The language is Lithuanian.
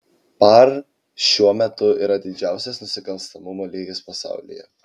par šiuo metu yra didžiausias nusikalstamumo lygis pasaulyje